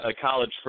college